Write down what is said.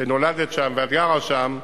שנולדת שם ואת גרה שם.